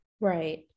right